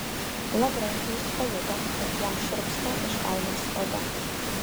lavrentijus pajuto kad jam šiurpsta iš baimės oda